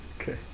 Okay